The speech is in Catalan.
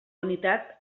unitat